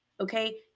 okay